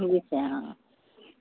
মিলিছে অঁ অঁ